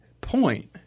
point